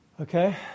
Okay